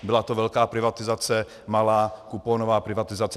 Byla to velká privatizace, malá kuponová privatizace.